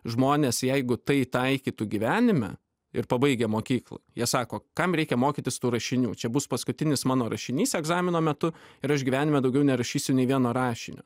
žmonės jeigu tai taikytų gyvenime ir pabaigę mokyklą jie sako kam reikia mokytis tų rašinių čia bus paskutinis mano rašinys egzamino metu ir aš gyvenime daugiau nerašysiu nei vieno rašinio